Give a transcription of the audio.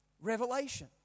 Revelation